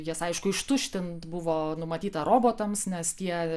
jas aišku ištuštint buvo numatyta robotams nes tie